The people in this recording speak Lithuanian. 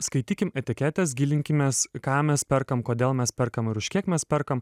skaitykim etiketes gilinkimės į ką mes perkam kodėl mes perkam ir už kiek mes perkam